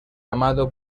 amado